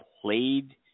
played